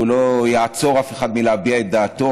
והוא לא יעצור אף אחד מלהביע את דעתו,